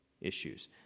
issues